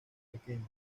pequeño